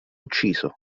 ucciso